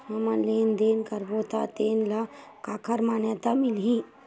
हमन लेन देन करबो त तेन ल काखर मान्यता मिलही?